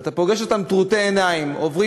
ואתה פוגש אותם טרוטי עיניים, עוברים